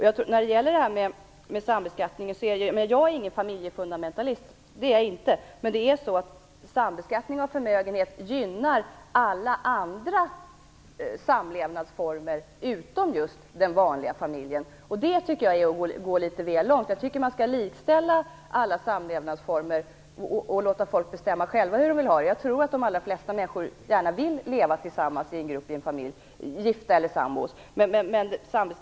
Jag är ingen familjefundamentalist, det är jag inte, men sambeskattning av förmögenhet gynnar faktiskt alla andra samlevnadsformer utom just den vanliga familjen. Det tycker jag är att gå litet väl långt. Jag tycker att man skall likställa alla samlevnadsformer och låta folk bestämma själva hur de vill ha det. Jag tror att de allra flesta människor gärna vill leva tillsammans i en grupp, i en familj, gifta eller som sambos.